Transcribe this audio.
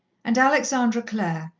and alexandra clare,